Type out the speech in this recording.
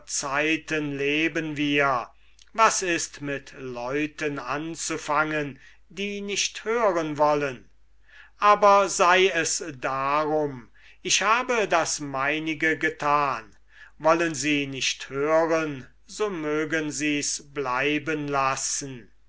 zeiten leben wir was ist mit leuten anzufangen die nicht hören wollen aber sei es darum ich habe das meinige getan wollen sie nicht hören so mögen sie's bleiben lassen